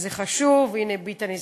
זה חשוב, והנה ביטן הזכיר,